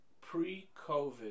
pre-COVID